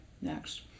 Next